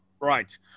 Right